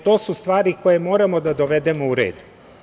To su stvari koje moramo da dovedemo u red.